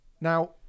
Now